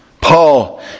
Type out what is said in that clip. Paul